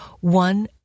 One